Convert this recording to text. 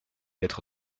lettres